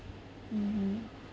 mmhmm